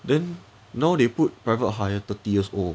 then now they put private hire thirty years old